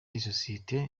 isosiyete